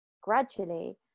gradually